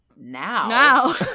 now